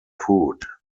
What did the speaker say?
food